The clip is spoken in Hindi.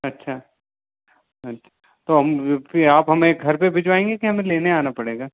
अच्छा अच्छा तो हम फिर आप हमें घर पर बेजवाएंगे कि हमें लेने आना पड़ेगा